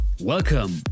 Welcome